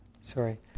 Sorry